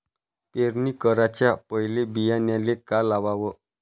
पेरणी कराच्या पयले बियान्याले का लावाव?